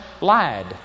lied